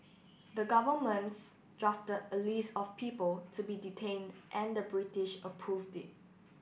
the governments drafted a list of people to be detained and the British approved it